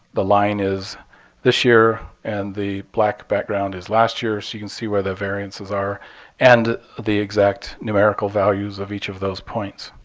the line is this year and the black background is last year, so you can see where the variances and the exact numerical values of each of those points.